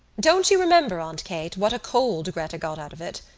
don't you remember, aunt kate, what a cold gretta got out of it?